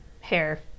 hair